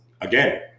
again